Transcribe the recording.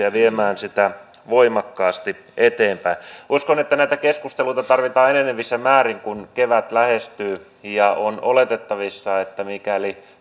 ja viemään sitä voimakkaasti eteenpäin uskon että näitä keskusteluita tarvitaan enenevässä määrin kun kevät lähestyy ja on oletettavissa että mikäli